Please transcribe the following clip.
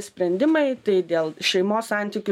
sprendimai tai dėl šeimos santykių